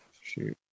Shoot